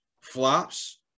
flops